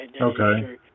Okay